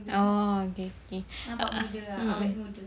oh okay K ah um